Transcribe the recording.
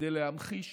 כדי להמחיש